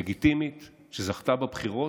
לגיטימית, שזכתה בבחירות,